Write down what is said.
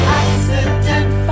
accident